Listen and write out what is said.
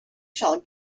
shall